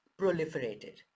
proliferated